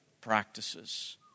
practices